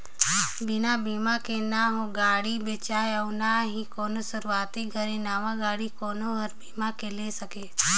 बिना बिमा के न हो गाड़ी बेचाय अउ ना ही कोनो सुरूवाती घरी मे नवा गाडी कोनो हर बीमा के लेहे सके